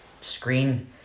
screen